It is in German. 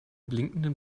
blinkenden